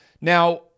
Now